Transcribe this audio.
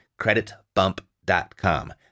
Creditbump.com